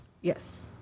Yes